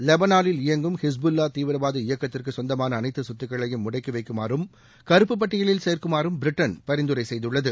லெனாளில் இயங்கும் ஹிஸ்புல்வா தீவிரவாத இயக்கத்திற்குச் சொந்தமான அனைத்து சொத்துக்களையும் முடக்கி வைக்குமாறும் கருப்பு பட்டியலில் சேர்க்குமாறும் பிரிட்டன் பரிந்துரை செய்துள்ளது